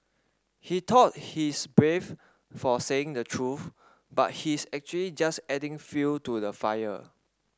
he thought he's brave for saying the truth but he's actually just adding fuel to the fire